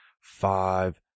five